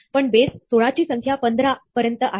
पण बेस 16 ची संख्या 15 पंधरा पर्यंत आहे